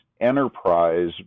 enterprise